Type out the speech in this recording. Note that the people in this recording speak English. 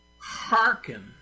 hearken